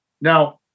Now